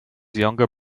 younger